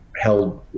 held